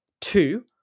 Two